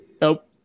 Nope